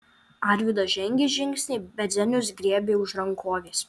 arvydas žengė žingsnį bet zenius griebė už rankovės